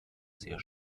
sehr